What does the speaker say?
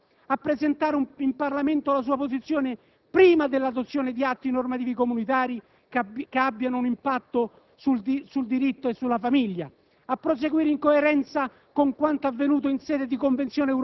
le cui tradizioni costituzionali devono essere rispettate; a presentare in Parlamento la sua posizione prima dell'adozione di atti normativi comunitari che abbiano un impatto sul diritto e sulla famiglia;